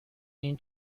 این